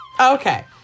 Okay